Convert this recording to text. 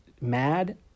mad